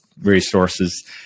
resources